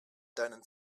deinen